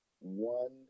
one